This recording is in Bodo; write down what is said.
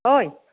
ओइ